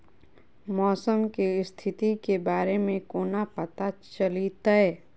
मौसम केँ स्थिति केँ बारे मे कोना पत्ता चलितै?